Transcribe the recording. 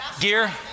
gear